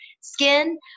skin